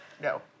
No